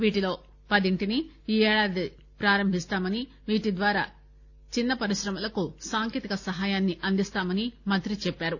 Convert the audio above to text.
వీటిలో పదింటిని ఈ ఏడాది ప్రారంభిస్తామని వీటిద్వారా చిన్న పరిశ్రమలకు సాంకేతిక సహాయాన్ని అందిస్తామని మంత్రి చెప్పారు